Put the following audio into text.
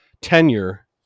tenure